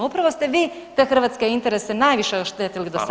Upravo ste vi te hrvatske interese najviše oštetili do sada.